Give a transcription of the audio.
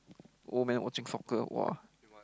old man watching soccer !woah!